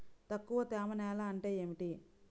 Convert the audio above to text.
తక్కువ తేమ నేల అంటే ఏమిటి?